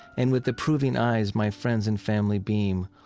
and with approving eyes, my friends and family beam,